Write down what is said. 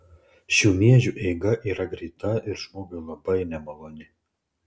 šių miežių eiga yra greita ir žmogui labai nemaloni